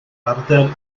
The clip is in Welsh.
arddel